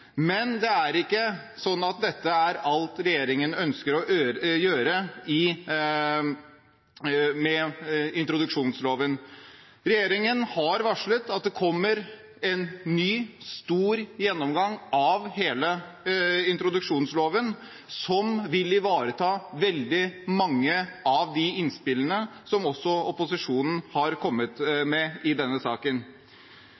men det er ikke sånn at dette er alt regjeringen ønsker å gjøre med introduksjonsloven. Regjeringen har varslet at det kommer en ny, stor gjennomgang av hele introduksjonsloven som vil ivareta veldig mange av de innspillene som opposisjonen har kommet